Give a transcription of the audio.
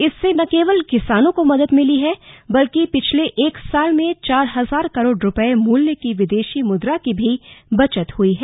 इससे न केवल किसानों को मदद मिली है बल्कि पिछले एक साल में चार हजार करोड़ रुपये मूल्य की विदेशी मुद्रा की भी बचत हुई है